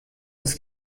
des